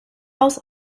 aus